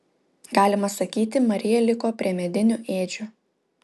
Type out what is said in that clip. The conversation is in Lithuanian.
galima sakyti marija liko prie medinių ėdžių